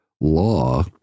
law